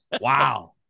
Wow